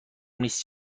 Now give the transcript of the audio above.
نیست